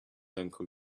uncle